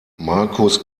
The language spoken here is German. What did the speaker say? marcus